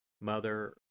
Mother